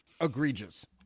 egregious